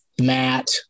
matt